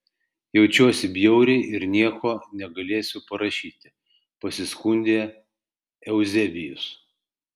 jaučiuosi bjauriai ir nieko negalėsiu parašyti pasiskundė euzebijus